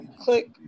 click